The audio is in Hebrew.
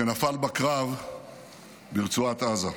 שנפל בקרב ברצועת עזה.